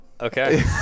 Okay